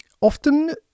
Often